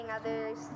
others